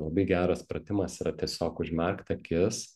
labai geras pratimas yra tiesiog užmerkt akis